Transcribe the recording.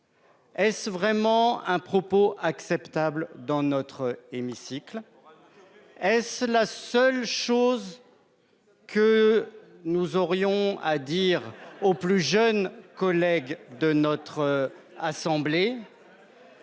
Est-ce vraiment un propos acceptable dans notre hémicycle ? Est-ce la seule chose que nous aurions à dire aux plus jeunes sénateurs ?